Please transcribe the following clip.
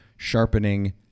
sharpening